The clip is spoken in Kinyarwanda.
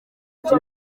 ati